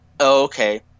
okay